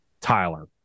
Tyler